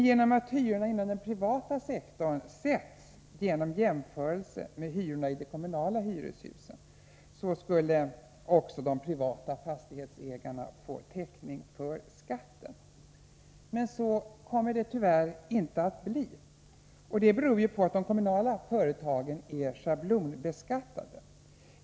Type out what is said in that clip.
Genom att hyran i den privata sektorn sätts genom jämförelse med hyran i de kommunala hyreshusen skulle även de privata fastighetsägarna få täckning för skatten. Men så kommer det tyvärr inte att bli. Det beror på att de kommunala företagen är schablonbeskattade.